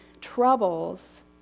troubles